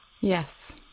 Yes